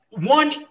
One